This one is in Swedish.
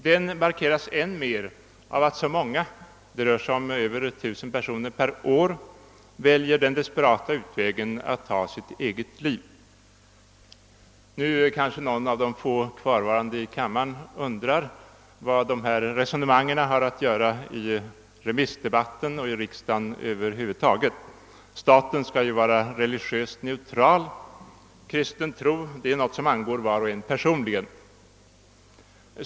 Denna markeras än mer av att så många — det rör sig om över tusen personer om året — väljer den desperata utvägen att ta sitt eget liv. Nu kanske någon av de få kvarvarande i kammaren undrar vad de här resonemangen har att göra i remissdebatten och i riksdagen över huvud taget. Staten skall ju vara religiöst neutral; kristen tro är någonting som angår var och en personligen.